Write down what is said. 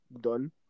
done